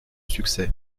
succès